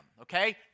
okay